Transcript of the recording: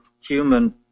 human